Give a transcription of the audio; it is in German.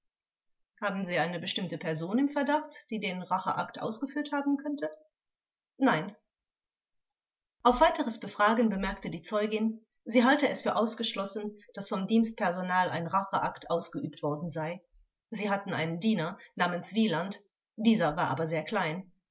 haben sie eine bestimmte person im verdacht die den racheakt ausgeführt haben könnte zeugin nein auf weiteres befragen bemerkte die zeugin sie halte es für ausgeschlossen daß vom dienstpersonal ein racheakt ausgeübt worden sei sie hatten einen diener namens wieland dieser war aber sehr klein